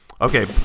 Okay